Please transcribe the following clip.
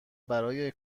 برای